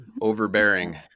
overbearing